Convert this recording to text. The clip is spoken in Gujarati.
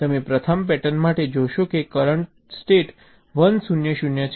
તમે પ્રથમ પેટર્ન માટે જોશો કે કરંટ સ્ટેટ 1 0 0 છે